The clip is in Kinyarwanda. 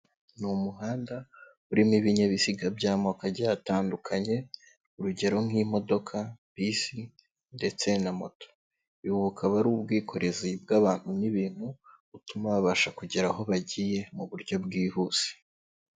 Ni umuhanda urimo ibinyabiziga by'amoka agiye atandukanye, urugero nk'imodoka, bisi ndetse na moto. Ubu bukaba ari ubwikorezi bw'abantu n'ibintu butuma babasha kugera aho bagiye mu buryo bwihuse.